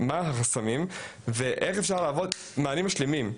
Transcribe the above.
מה החסמים וכיצד אפשר להוות מענים שלמים.